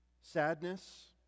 sadness